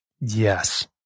Yes